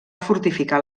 fortificar